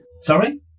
sorry